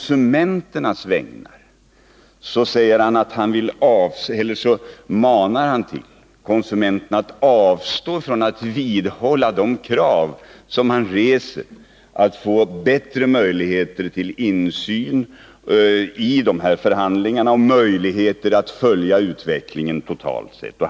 Samtidigt manar han konsumenterna att avstå från att vidhålla sina krav på att få bättre möjligheter till insyn i förhandlingarna och möjligheter att följa utvecklingen totalt sett.